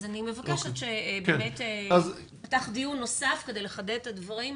אז אני מבקשת באמת שייפתח דיון נוסף כדי לחדד את הדברים,